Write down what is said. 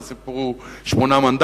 כי הסיפור הוא שמונה מנדטים,